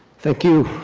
thank you.